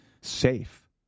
safe